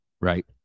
Right